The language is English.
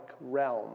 realm